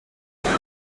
cent